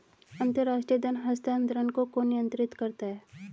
अंतर्राष्ट्रीय धन हस्तांतरण को कौन नियंत्रित करता है?